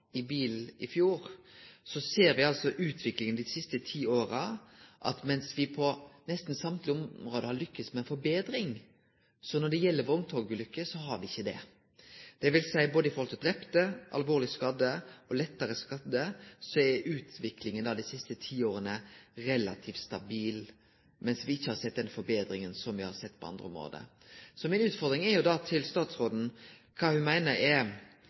i bil i fjor. Vi ser av utviklinga dei siste ti åra at mens vi på nesten alle område har lykkast med forbetring, har vi ikkje det når det gjeld vogntogulykker, dvs. at både i forhold til talet på drepne, alvorleg skadde og lettare skadde er utviklinga dei siste ti åra relativt stabil, mens vi ikkje har sett den forbetringa her som vi har sett på andre område. Mi utfordring til statsråden er: Kva meiner ho er